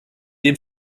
dem